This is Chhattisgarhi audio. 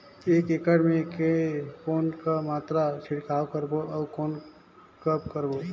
एक एकड़ मे के कौन मात्रा छिड़काव करबो अउ कब करबो?